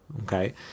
okay